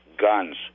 guns